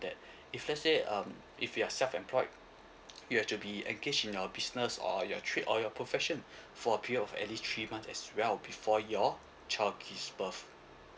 for that if let say um if you're self employed you have to be engage in our business or your trip or your profession for three of any three months as well before your child give birth